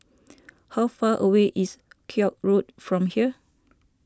how far away is Koek Road from here